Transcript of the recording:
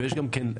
ויש גם רמות.